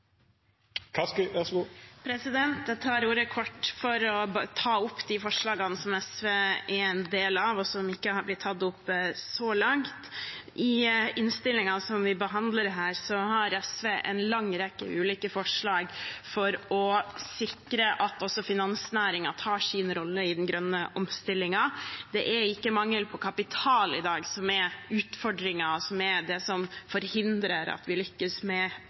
del av, og som ikke har blitt tatt opp så langt. I innstillingen som vi behandler her, har SV en lang rekke ulike forslag for å sikre at også finansnæringen tar sin rolle i den grønne omstillingen. Det er i dag ikke mangel på kapital som er utfordringen som forhindrer at vi lykkes med å nå klimamålene og å omstille norsk økonomi, men det at